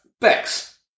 Bex